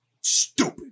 stupid